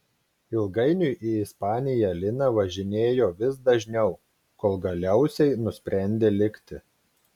ilgainiui į ispaniją lina važinėjo vis dažniau kol galiausiai nusprendė likti